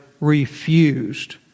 refused